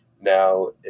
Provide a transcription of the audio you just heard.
now